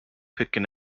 pitkin